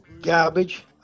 garbage